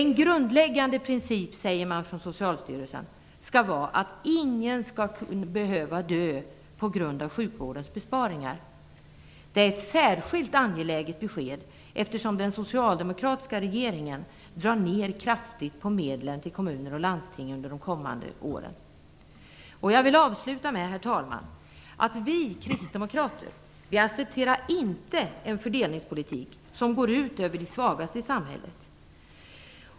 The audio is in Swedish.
En grundläggande princip, säger man på Socialstyrelsen, skall vara att ingen skall behöva dö på grund av sjukvårdens besparingar. Det är ett särskilt angeläget besked, eftersom den socialdemokratiska regeringen kraftigt drar ned på medlen till kommuner och landsting under de kommande åren. Herr talman! Jag vill avsluta med att säga att vi kristdemokrater inte accepterar en fördelningspolitik som går ut över de svagaste i samhället.